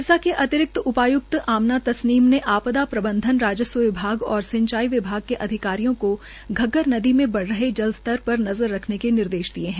सिरसा के अतिरिक्त उपाय्क्त आम्ना तस्नीम ने आपदा प्रबंधन राजस्व विभाग और सिंचाई विभाग के अधिकारियों को घग्घर नदी में बढ़ रहे जल स्तर पर नज़र रखने के निर्देश दिये है